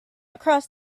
across